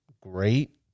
great